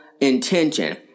intention